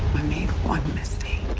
made one mistake.